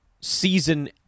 season